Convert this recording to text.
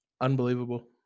Unbelievable